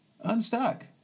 Unstuck